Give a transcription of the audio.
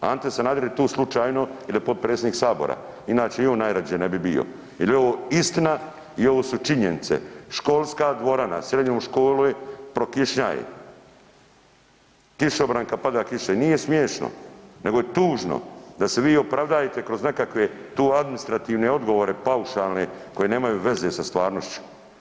Ante Sanader je tu slučajno jel je potpredsjednik sabora inače i on najrađe ne bi bio jel je ovo istina i ovo su činjenice, školska dvorana srednje škole prokišnjaje, kišobran kad pada kiša, nije smiješno, nego je tužno da se vi opravdajete kroz nekakve tu administrativne odgovore, paušalne koje nemaju veze sa stvarnošću.